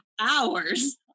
hours